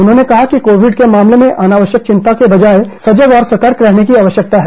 उन्होंने कहा कि कोविड के मामले में अनावश्यक चिंता के बजाए सजग और सतर्क रहने की आवश्यकता है